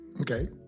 Okay